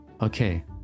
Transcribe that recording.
Okay